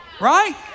right